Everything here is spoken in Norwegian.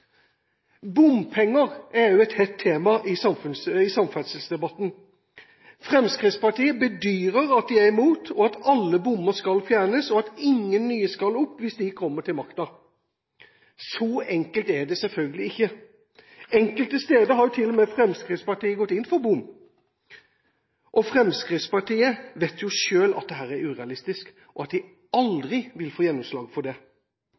Bompenger er også et hett tema i samferdselsdebatten. Fremskrittspartiet bedyrer at de er imot, at alle bommer skal fjernes og at ingen nye skal opp hvis de kommer til makten. Så enkelt er det selvfølgelig ikke. Enkelte steder har til og med Fremskrittspartiet gått inn for bom. Fremskrittspartiet vet selv at dette er urealistisk, og at de aldri vil få gjennomslag for det.